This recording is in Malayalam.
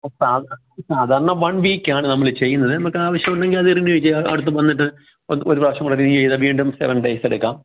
ഇപ്പോൾ സാധാരണ സാധാരണ വണ് വീക്കാണ് നമ്മൾ ചെയ്യുന്നത് നമുക്കാവശ്യമുണ്ടെങ്കിൽ അത് റിന്യൂ ചെയ്യാം അവിടിപ്പൊവന്നിട്ട് ഒരു ഒരു പ്രാവശ്യം കൂടെ റിന്യു ചെയ്ത വീണ്ടും സെവെന് ഡെയ്സെടുക്കാം